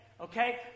okay